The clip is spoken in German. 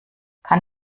kann